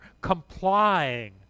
complying